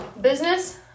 business